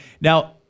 Now